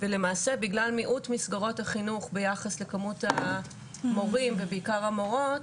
ולמעשה בגלל מיעוט מסגרות החינוך ביחס לכמות המורים ובעיקר המורות,